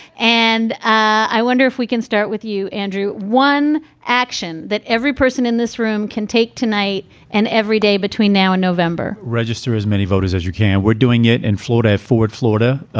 and i wonder if we can start with you, andrew. one action that every person in this room can take tonight and every day between now and november, register as many voters as you can we're doing it in florida. ford, florida,